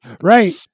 Right